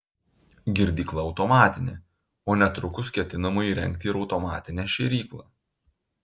girdykla automatinė o netrukus ketinama įrengti ir automatinę šėryklą